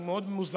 היא מאוד מוזרה.